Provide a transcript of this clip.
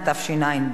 אין מתנגדים,